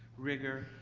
rigor,